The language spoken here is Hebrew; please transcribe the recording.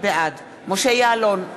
בעד משה יעלון,